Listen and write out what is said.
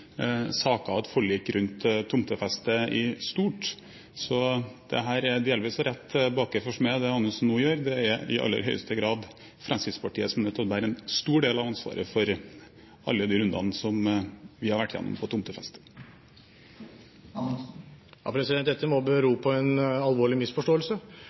saker og et forlik rundt tomtefeste i stort, så det er delvis å rette baker for smed, det Anundsen nå gjør. Det er i aller høyeste grad Fremskrittspartiet som er nødt til å bære en stor del av ansvaret for alle de rundene som vi har vært igjennom om tomtefeste. Dette må bero på en alvorlig misforståelse.